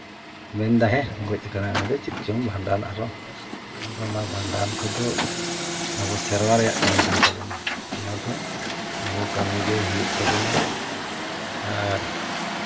ᱢᱮᱱᱫᱟ ᱦᱮᱸ ᱩᱱᱤᱫᱚ ᱪᱮᱫ ᱪᱚᱢ ᱵᱷᱟᱸᱰᱟᱱ ᱟᱨᱚ ᱟᱫᱚ ᱚᱱᱟ ᱵᱷᱟᱸᱰᱟᱱ ᱠᱚᱫᱚ ᱟᱵᱚ ᱥᱮᱨᱣᱟ ᱨᱮᱭᱟᱜ ᱠᱟᱹᱢᱤ ᱠᱟᱱ ᱛᱟᱵᱚᱱᱟ ᱚᱱᱟᱫᱚ ᱟᱵᱚ ᱠᱟᱹᱢᱤᱜᱮ ᱦᱩᱭᱩᱜ ᱛᱟᱵᱚᱱᱟ ᱟᱨ